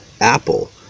Apple